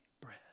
bread